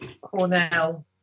Cornell